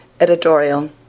Editorial